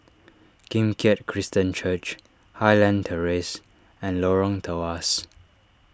Kim Keat Christian Church Highland Terrace and Lorong Tawas